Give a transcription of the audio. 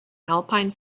alpine